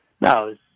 no